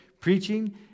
preaching